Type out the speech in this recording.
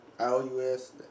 I-O-U-S